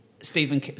Stephen